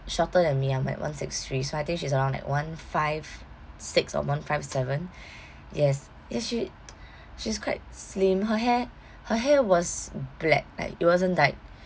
shorter than me I'm like one six three so I think she's around like one five six or one five seven yes yes she she's quite slim her hair her hair was black like it wasn't dyed